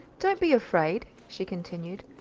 don't be afraid, she continued.